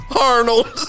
Arnold